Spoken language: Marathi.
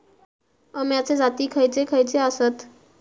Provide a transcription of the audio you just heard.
अम्याचे जाती खयचे खयचे आसत?